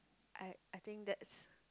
I I think that's